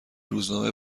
روزنامه